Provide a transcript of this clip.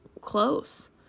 close